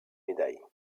médailles